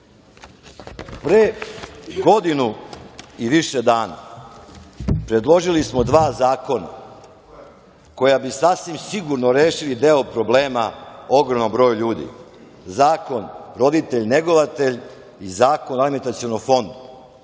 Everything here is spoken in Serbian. godinu i više dana predložili smo dva zakona koja bi sasvim sigurno rešili deo problema ogromnog broja ljudi - Zakon roditelj-negovatelj i Zakon o alimentacionom fondu,